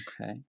Okay